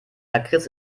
lakritz